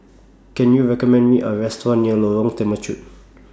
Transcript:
Can YOU recommend Me A Restaurant near Lorong Temechut